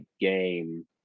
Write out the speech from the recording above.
game